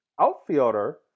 Outfielder